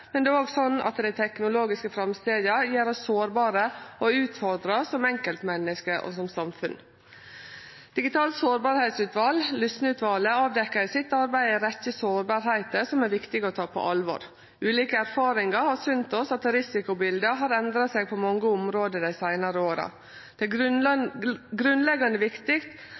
men det er òg slik at dei teknologiske framstega gjer oss sårbare og utfordrar oss som enkeltmenneske og som samfunn. Digitalt sårbarheitsutval, Lysne-utvalet, avdekte i arbeidet sitt sårbarheit på ei rekkje område som det er viktig å ta på alvor. Ulike erfaringar har synt oss at risikobildet har endra seg på mange område dei seinare åra. Det er grunnleggjande viktig